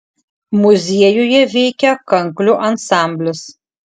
muziejuje veikia kanklių ansamblis